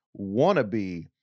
wannabe